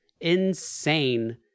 insane